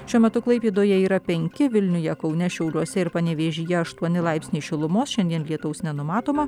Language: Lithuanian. šiuo metu klaipėdoje yra penki vilniuje kaune šiauliuose ir panevėžyje aštuoni laipsniai šilumos šiandien lietaus nenumatoma